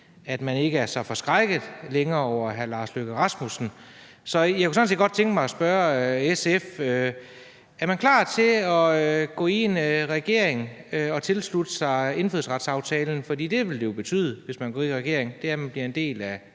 at man ikke længere er så forskrækket over hr. Lars Løkke Rasmussen. Så jeg kunne sådan set godt tænke mig at spørge SF: Er man klar til at gå med i en regering og dermed tilslutte sig indfødsretsaftalen? For hvis man går med i en regering, betyder det, at man bliver en del af